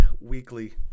weekly